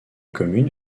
commune